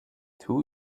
two